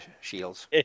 shields